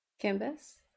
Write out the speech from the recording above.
canvas